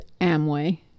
Amway